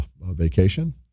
vacation